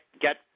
get